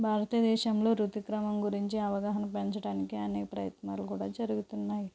భారతదేశంలో రుతుక్రమం గురించి అవగాహన పెంచటానికి అనే ప్రయత్నాలు కూడా జరుగుతున్నాయి